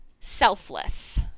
selfless